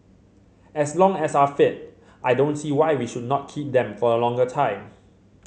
as long as are fit I don't see why we should not keep them for a longer time